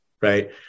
Right